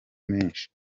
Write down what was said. menshi